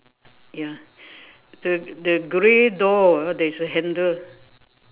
ya the the grey door there is a handle